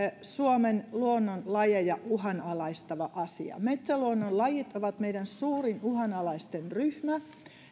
suomen luonnon lajeja uhanalaistava asia metsäluonnon lajit ovat meidän suurin uhanalaisten ryhmä